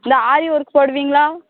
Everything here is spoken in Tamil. இந்த ஆரி ஒர்க் போடுவீங்களா